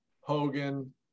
Hogan